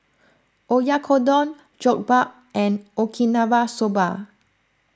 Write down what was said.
Oyakodon Jokbal and Okinawa Soba